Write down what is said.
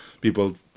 people